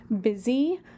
busy